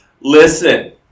Listen